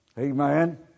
Amen